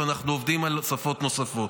ואנחנו עובדים על שפות נוספות.